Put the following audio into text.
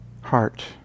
heart